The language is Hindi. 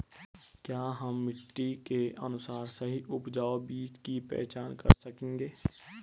क्या हम मिट्टी के अनुसार सही उपजाऊ बीज की पहचान कर सकेंगे?